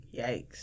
Yikes